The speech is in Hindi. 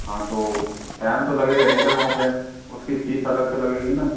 हाँ तो टाइम तो लगेगा ही सर वहाँ पे उसकी फीस अलग से लगेगी न